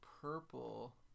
purple